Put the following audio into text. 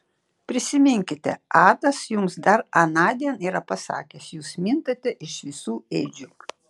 prisiminkite atas jums dar anądien yra pasakęs jūs mintate iš visų ėdžių